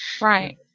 Right